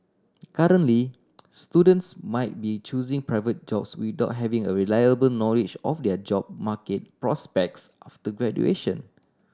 currently students might be choosing private jobs without having a reliable knowledge of their job market prospects after graduation